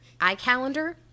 iCalendar